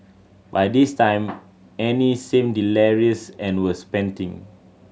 by this time Annie seemed delirious and was panting